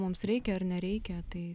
mums reikia ar nereikia tai